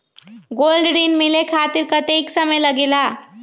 Gold ऋण मिले खातीर कतेइक समय लगेला?